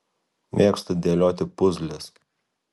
mėgsta dėlioti puzles